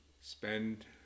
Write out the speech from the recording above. Spend